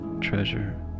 treasure